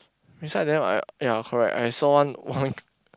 beside them I ya correct okay I saw one one